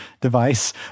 device